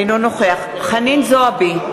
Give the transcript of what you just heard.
אינו נוכח חנין זועבי,